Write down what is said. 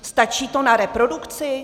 Stačí to na reprodukci?